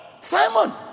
Simon